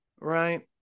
Right